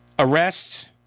arrests